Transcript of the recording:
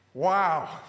Wow